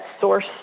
source